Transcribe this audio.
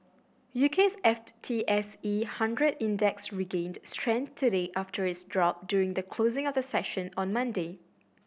U K's F T S E one hundred Index regained strength today after its drop during the closing of the session on Monday